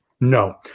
No